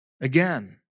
again